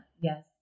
Yes